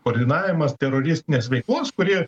koordinavimas teroristinės veiklos kuri